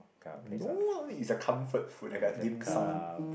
no it's a comfort food like a Dim Sum